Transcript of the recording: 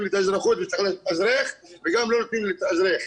לי את האזרחות וצריך להתאזרח וגם לא נותנים לי להתאזרח?